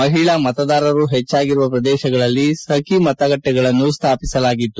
ಮಹಿಳಾ ಮತದಾರರು ಹೆಚ್ಚಾಗಿರುವ ಪ್ರದೇಶಗಳಲ್ಲಿ ಸಖಿ ಮತಗಟ್ಟೆ ಗಳನ್ನು ಸ್ಥಾಪಿಸಲಾಗಿತ್ತು